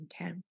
Okay